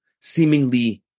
seemingly